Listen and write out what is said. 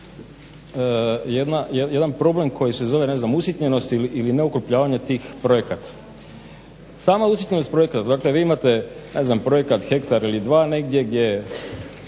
jedan problem koji se zove usitnjenost ili neukrupljavanje tih projekata. Sama usitnjenost projekata, dakle vi imate, ne znam projekat hektar ili dva negdje gdje je